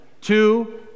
two